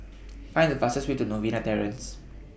Find The fastest Way to Novena Terrace